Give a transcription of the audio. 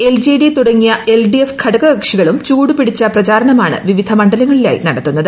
LJD തുടങ്ങിയ LDF ഘടകകക്ഷികളും ചൂടു പിടിച്ച പ്രചാരണമാണ് വിവിധ മണ്ഡലങ്ങളിലായി നടത്തുന്നത്